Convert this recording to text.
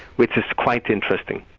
which is quite interesting.